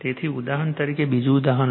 તેથી ઉદાહરણ તરીકે બીજું ઉદાહરણ લો